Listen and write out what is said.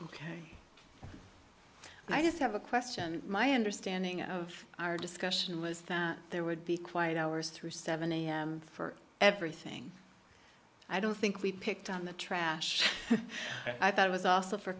ok i just have a question my understanding of our discussion was that there would be quiet hours through seven am for everything i don't think we picked on the trash i thought it was also for